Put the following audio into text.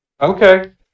Okay